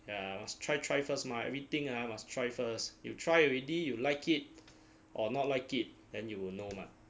ya must try try first mah everything ah must try first you try already you like it or not like it then you will know mah